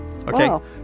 okay